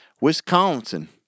Wisconsin